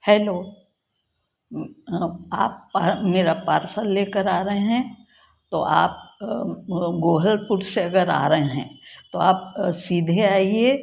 hello आप मेरा parcel ले कर आ रहे हैं तो आप गौहरपुर से अगर आ रहे हैं तो आप सीधे आइए